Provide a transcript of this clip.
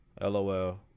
LOL